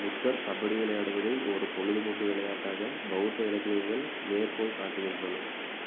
புத்தர் கபடி விளையாடுவதை ஒரு பொழுதுபோக்கு விளையாட்டாக பெளத்த இலக்கியங்கள் மேற்கோள் காட்டுகின்றன